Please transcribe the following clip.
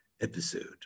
episode